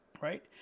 Right